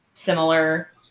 similar